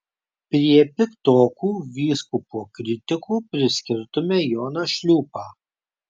prie piktokų vyskupo kritikų priskirtume joną šliūpą